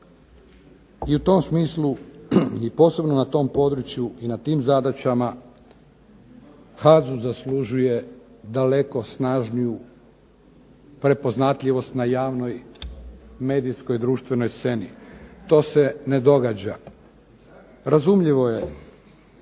I u tom smislu i posebno na tom području i na tim zadaćama HAZU zaslužuje daleko snažniju prepoznatljivost na javnoj medijskoj društvenoj sceni. To se ne događa. Razumljivo je